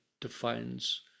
defines